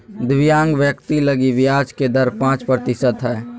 दिव्यांग व्यक्ति लगी ब्याज के दर पांच प्रतिशत हइ